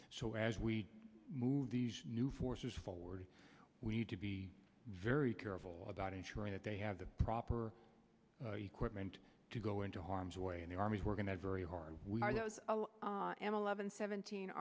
so as we move these new forces forward we need to be very careful about ensuring that they have the proper equipment to go into harm's way in the army we're going to very hard with an eleven seventeen